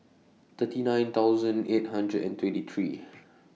thirty nine thousand eight hundred and twenty three